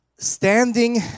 Standing